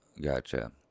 Gotcha